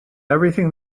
everything